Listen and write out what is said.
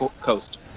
Coast